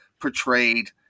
portrayed